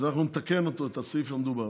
אנחנו נתקן את הסעיף המדובר.